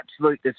absolute